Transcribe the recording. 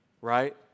right